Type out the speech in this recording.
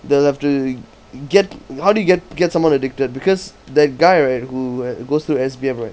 they will have to get how do you get get someone addicted because that guy right who goes through S_B_M right